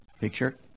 Picture